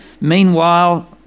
Meanwhile